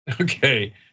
okay